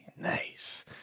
nice